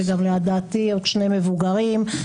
ועוד שני מבוגרים.